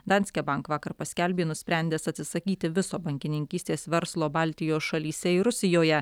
danske bank vakar paskelbė nusprendęs atsisakyti viso bankininkystės verslo baltijos šalyse ir rusijoje